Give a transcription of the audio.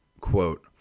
quote